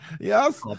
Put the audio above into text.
yes